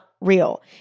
real